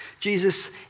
Jesus